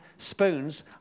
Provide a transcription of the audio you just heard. Spoons